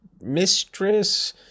mistress